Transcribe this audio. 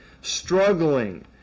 struggling